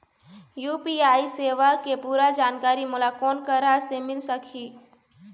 UPI सेवा के पूरा जानकारी मोला कोन करा से मिल सकही?